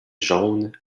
jaune